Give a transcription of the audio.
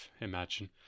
imagine